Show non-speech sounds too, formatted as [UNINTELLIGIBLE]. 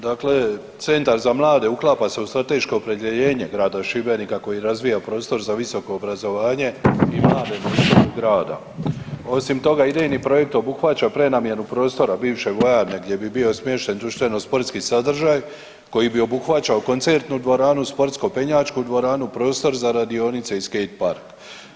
Dakle, Centar za mlade uklapa se u strateško opredjeljenje grada Šibenika koji razvija prostor za visoko obrazovanje i mlade … [UNINTELLIGIBLE] Osim toga idejni projekt obuhvaća prenamjenu prostora bivše vojarne gdje bi bio smješten društveno sportski sadržaj koji bi obuhvaćao koncertnu dvoranu, sportsko penjačku dvoranu, prostor za radionice i skejt park.